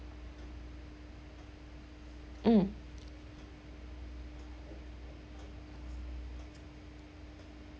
mm